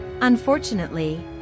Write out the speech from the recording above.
Unfortunately